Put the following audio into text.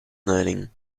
learning